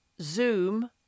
zoom